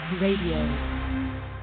Radio